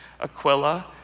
Aquila